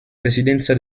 presidenza